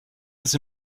ist